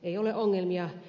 ei ole ongelmia